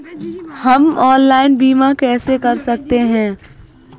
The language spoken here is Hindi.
हम ऑनलाइन बीमा कैसे कर सकते हैं?